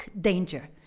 danger